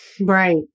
Right